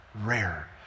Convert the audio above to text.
rare